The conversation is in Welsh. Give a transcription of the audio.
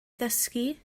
ddysgu